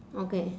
okay